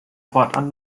fortan